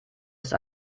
ist